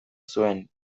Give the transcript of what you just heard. zuen